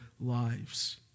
lives